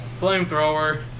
Flamethrower